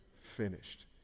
finished